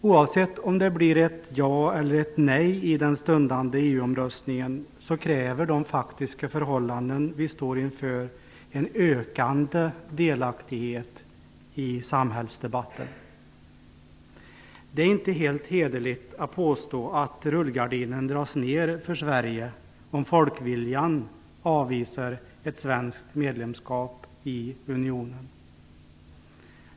Oavsett om det blir ett ja eller ett nej i den stundande EU-omröstningen kräver de faktiska förhållanden som vi står inför en ökande delaktighet i samhällsdebatten. Det är inte helt hederligt att påstå att rullgardinen dras ner för Sverige, om folkviljan avvisar ett svenskt medlemskap i unionen.